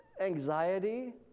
anxiety